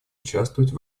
участвовать